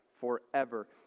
forever